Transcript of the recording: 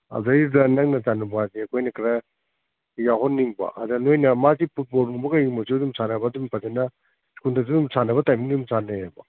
ꯑꯗꯨꯗꯩꯗ ꯅꯪ ꯅꯆꯥ ꯅꯨꯄꯥꯁꯦ ꯑꯩꯈꯣꯏꯅ ꯈꯔ ꯌꯥꯎꯍꯟꯅꯤꯡꯕ ꯑꯗ ꯅꯣꯏꯅ ꯃꯥꯁꯤ ꯐꯨꯠꯕꯣꯜꯒꯨꯝꯕ ꯀꯔꯤꯒꯨꯝꯕꯁꯨ ꯑꯗꯨꯝ ꯁꯥꯟꯅꯕ ꯑꯗꯨꯝ ꯐꯖꯅ ꯏꯁꯀꯨꯜꯗꯁꯨ ꯑꯗꯨꯝ ꯁꯥꯟꯅꯕ ꯇꯥꯏꯃꯤꯡꯗ ꯑꯗꯨꯝ ꯁꯥꯟꯅꯩꯑꯕ